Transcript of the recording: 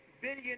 billion